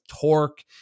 torque